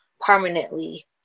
permanently